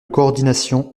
coordination